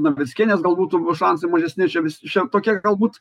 navickienės gal būtų šansai mažesni čia vis čia tokie galbūt